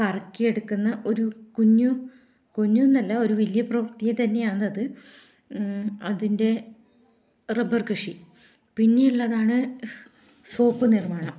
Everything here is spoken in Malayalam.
കറക്കിയെടുക്കുന്ന ഒരു കുഞ്ഞു കുഞ്ഞൊന്നല്ല ഒരു വലിയ പ്രവൃത്തി തന്നെയാണ് അത് അതിൻ്റെ റബ്ബർ കൃഷി പിന്നെയുള്ളതാണ് സോപ്പ് നിർമ്മാണം